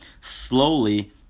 slowly